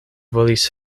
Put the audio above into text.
volis